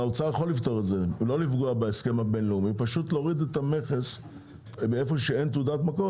האוצר יכול להוריד את המכס איפה שאין תעודת מקור.